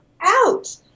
out